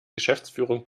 geschäftsführung